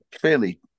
Fairly